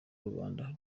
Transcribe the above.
rubanda